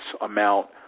amount